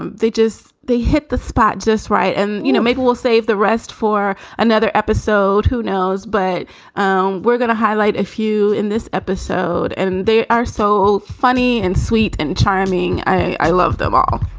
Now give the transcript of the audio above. they just they hit the spot just right. and, you know, maybe we'll save the rest for another episode. who knows? but um we're going to highlight a few in this episode. and they are so funny and sweet and charming. i love them all.